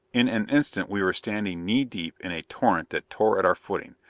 in an instant we were standing knee deep in a torrent that tore at our footing,